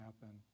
happen